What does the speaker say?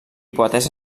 poetessa